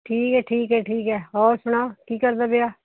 ਠੀਕ ਹੈ ਠੀਕ ਹੈ ਠੀਕ ਹੈ ਹੋਰ ਸੁਣਾ ਕੀ ਕਰਦਾ ਪਿਆ